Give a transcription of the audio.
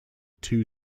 two